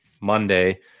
Monday